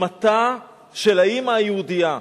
עוצמתה של האמא היהודייה,